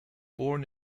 born